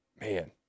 man